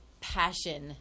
passion